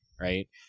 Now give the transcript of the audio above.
Right